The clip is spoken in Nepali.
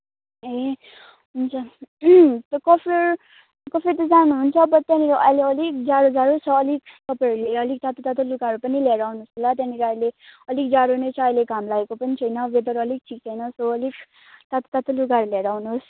ए हुन्छ त्यो कफेर कफेर त जानुहुन्छ बट त्यहाँनिर अहिले अलिक जाडो जाडो छ अलिक तपाईँहरूले अलिक तातो तातो लुगाहरू पनि लिएर आउनुहोस् ल त्यहाँनिर अहिले अलिक जाडो नै छ अहिले घाम लागेको पनि छैन वेदर अलिक ठिक छैन सो अलिक तातो तातो लुगाहरू लिएर आउनुहोस्